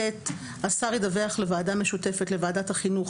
"(ט)השר ידווח לוועדה משותפת לוועדת החינוך,